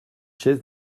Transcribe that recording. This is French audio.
chaise